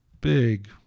big